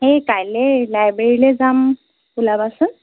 সেই কাইলৈ লাইব্ৰেৰীলৈ যাম ওলাবাচোন